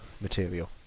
material